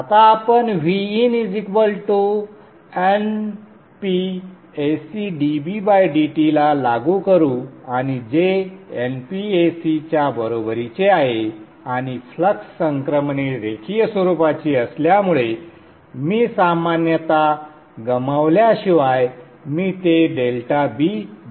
आता आपण VinNpAcdBdt ला लागू करू आणि जे NpAc च्या बरोबरीचे आहे आणि फ्लक्स संक्रमणे रेखीय स्वरूपाची असल्यामुळे मी सामान्यता गमावल्याशिवाय मी ते BT म्हणू शकतो